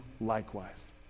likewise